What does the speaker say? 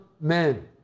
men